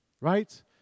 right